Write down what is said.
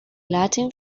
latin